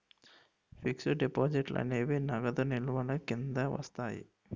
fixed డిపాజిట్లు అనేవి నగదు నిల్వల కింద వస్తాయి